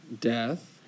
death